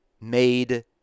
made